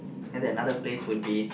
then another place would be